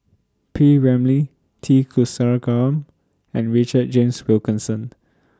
P Ramlee T Kulasekaram and Richard James Wilkinson